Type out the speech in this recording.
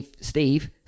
Steve